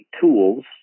tools